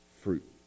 fruit